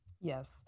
yes